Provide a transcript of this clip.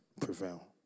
prevail